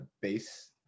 base